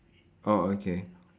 oh okay